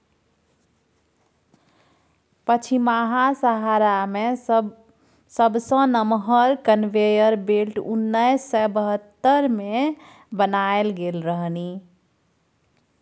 पछिमाहा सहारा मे सबसँ नमहर कन्वेयर बेल्ट उन्नैस सय बहत्तर मे बनाएल गेल रहनि